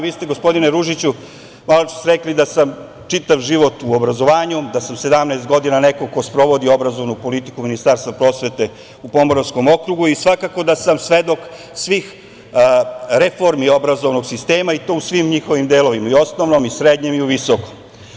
Vi ste, gospodine Ružiću, maločas rekli da sam čitav život u obrazovanju, da sam 17 godina neko ko sprovodi obrazovnu politiku Ministarstva prosvete u Pomoravskom okrugu i svakako da sam svedok svih reformi obrazovnog sistema i to u svim njihovim delovima, i u osnovnom, srednjem i u visokom.